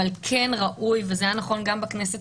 אבל כן ראוי וזה היה נכון גם בכנסת